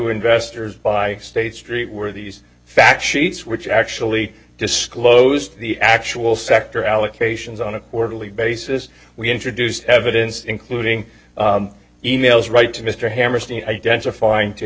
investors by state street were these fact sheets which actually disclosed the actual sector allocations on a quarterly basis we introduced evidence including e mails right to mr hammerstein identifying to